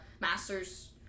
master's